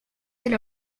del